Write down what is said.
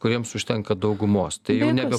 kuriems užtenka daugumos nebe